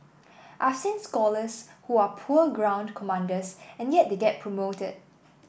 I've seen scholars who are poor ground commanders and yet they get promoted